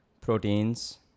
Proteins